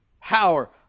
power